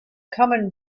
common